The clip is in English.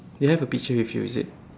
you have a picture with you is it